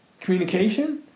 communication